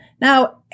Now